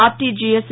RTGS